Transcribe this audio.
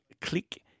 click